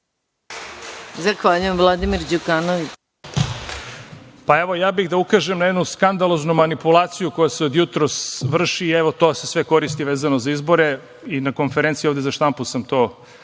Đukanović. **Vladimir Đukanović** Evo, ja bih da ukažem na jednu skandaloznu manipulaciju koja se od jutros vrši i to se sve koristi vezano za izbore i na konferenciji ovde za štampu sam to ukazao.